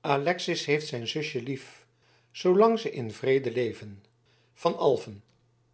alexis heeft zijn zusje lief zoolang ze in vrede leven van alphen